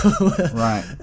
Right